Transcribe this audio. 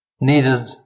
needed